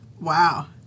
wow